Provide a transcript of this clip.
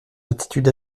attitude